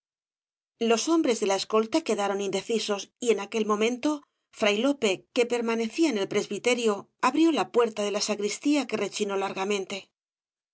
los hombres de la escolta quedaron indecisos y en aquel momento fray lope que permanecía en el presbiterio abrió la puerta de la sacristía que rechinó largamente